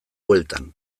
bueltan